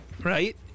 Right